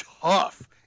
tough